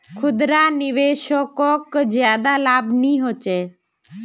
खुदरा निवेशाकोक ज्यादा लाभ नि होचे